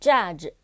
Judge